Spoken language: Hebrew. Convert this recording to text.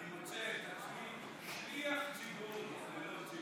אני מוצא את עצמי שליח ציבור ללא ציבור.